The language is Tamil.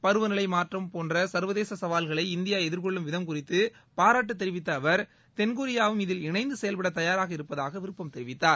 பருவநிலை மாற்றம் போன்ற சர்வதேச சவால்களை இந்தியா எதிர்கொள்ளும் விதம் குறித்து பாராட்டு தெரிவித்த அவர் தென்கொரியாவும் இதில் இணைந்து செயல்பட தயாராக இருப்பதாக விருப்பம் தெரிவித்தார்